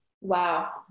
Wow